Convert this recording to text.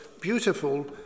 beautiful